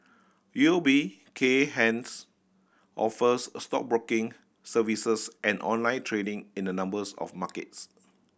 U O B Kay Hans offers stockbroking services and online trading in a numbers of markets